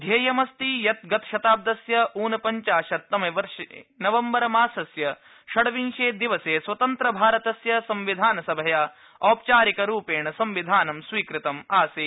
ध्येयमस्ति यत् गतशताब्दस्य ऊनपञ्चाशततमे वर्षे नवम्बर मासस्य षडविंशे दिवसे स्वतन्त्र भारतस्य संविधानसभया औपचारिक रूपेण संविधानम् स्वीकृतम् आसीत्